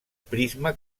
prisma